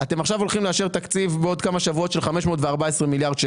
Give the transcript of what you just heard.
אתם הולכים לאשר תקציב בעוד כמה שבועות של 514 מיליארד שקל.